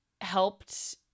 helped